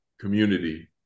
community